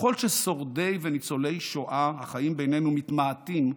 ככל ששורדי וניצולי השואה החיים בינינו מתמעטים,